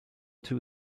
two